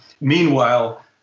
meanwhile